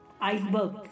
iceberg